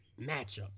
matchup